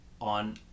on